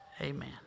Amen